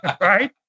Right